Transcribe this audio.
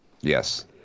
Yes